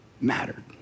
mattered